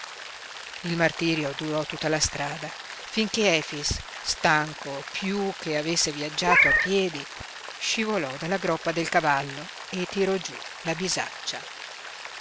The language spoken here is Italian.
il martirio durò tutta la strada finché efix stanco piú che avesse viaggiato a piedi scivolò dalla groppa del cavallo e tirò giú la bisaccia